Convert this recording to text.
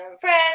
friends